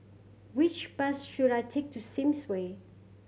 which bus should I take to Sims Way